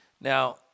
Now